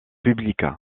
public